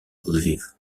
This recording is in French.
lviv